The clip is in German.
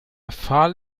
pfahl